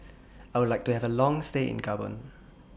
I Would like to Have A Long stay in Gabon